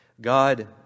God